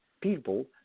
people